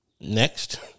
next